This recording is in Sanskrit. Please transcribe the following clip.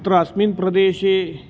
अत्र अस्मिन् प्रदेशे